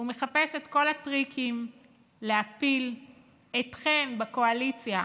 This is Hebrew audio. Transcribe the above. הוא מחפש את כל הטריקים להפיל אתכם בקואליציה,